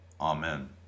Amen